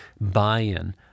buy-in